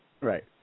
Right